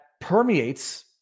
permeates